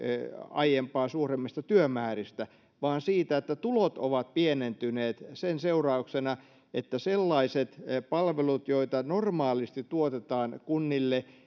aiempaa suuremmista työmääristä vaan siitä että tulot ovat pienentyneet sen seurauksena että sellaiset palvelut joita normaalisti tuotetaan kunnille